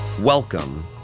Welcome